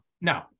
No